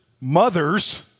mothers